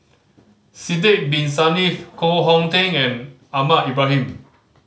Sidek Bin Saniff Koh Hong Teng and Ahmad Ibrahim